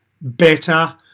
better